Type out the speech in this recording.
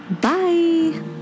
Bye